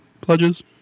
pledges